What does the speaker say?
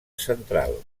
central